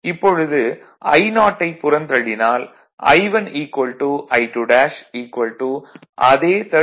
இப்பொழுது I0 ஐ புறந்தள்ளினால் I1 I2 அதே 35